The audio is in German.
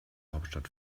hauptstadt